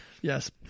Yes